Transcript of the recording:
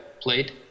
played